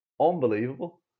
Unbelievable